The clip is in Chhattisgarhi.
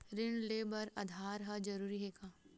ऋण ले बर आधार ह जरूरी हे का?